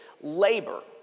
Labor